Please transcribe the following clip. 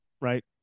right